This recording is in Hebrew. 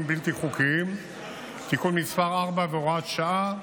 בלתי חוקיים (תיקון מס' 4 והוראת שעה,